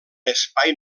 espai